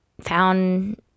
found